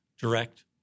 direct